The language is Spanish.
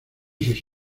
sus